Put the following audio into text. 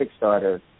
Kickstarter